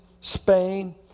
Spain